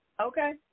Okay